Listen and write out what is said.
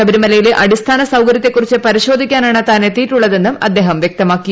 ശബരിമലയിലെ അടിസ്ഥാന സൌകര്യത്തെ കുറിച്ച് പരിശോധിക്കാനാണ് താൻ എത്തിയിട്ടുള്ളതെന്നും അദ്ദേഹം വൃക്തമാക്കി